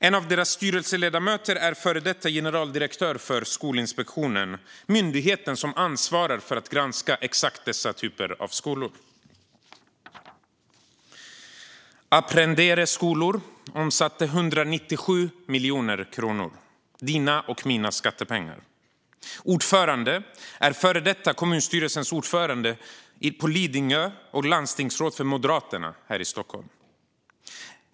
En av deras styrelseledamöter är före detta generaldirektör för Skolinspektionen, myndigheten som ansvarar för att granska exakt dessa typer av skolor. Aprendere Skolor omsatte 197 miljoner kronor. Det är dina och mina skattepengar. Ordföranden är före detta kommunstyrelsens ordförande på Lidingö och landstingsråd för Moderaterna här i Stockholm.